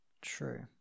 True